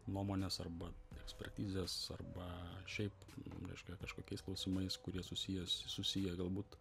nuomonės arba ekspertizės arba šiaip reiškia kažkokiais klausimais kurie susiję susiję galbūt